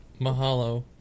mahalo